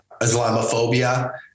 Islamophobia